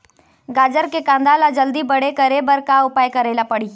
गाजर के कांदा ला जल्दी बड़े करे बर का उपाय करेला पढ़िही?